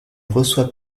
reçoit